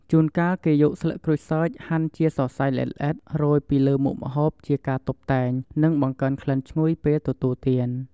ជួនកាលគេយកស្លឹកក្រូចសើចហាន់ជាសរសៃល្អិតៗ រោយពីលើមុខម្ហូបជាការតុបតែង និងបង្កើនក្លិនឈ្ងុយពេលទទួលទាន។